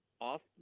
off